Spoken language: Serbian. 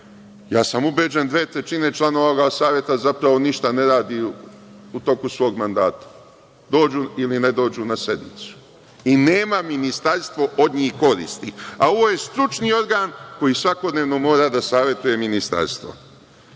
sam da dve trećine članova ovog saveta, zapravo ništa ne radi u toku svog mandata. Dođu ili ne dođu na sednicu. Nema ministarstvo od njih koristi, a ovo je stručni organ, koji svakodnevno mora da savetuje ministarstvo. Zaprepastio